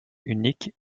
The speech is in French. uniques